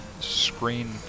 screen